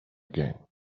again